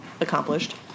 accomplished